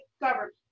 government